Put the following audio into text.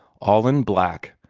all in black,